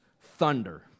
Thunder